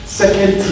second